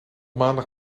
maandag